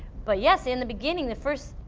but, yes, in the beginning, the first,